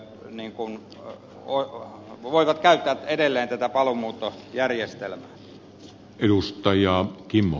minun vuoroni voivat käyttää edelleen tätä paluumuuttojärjestelmää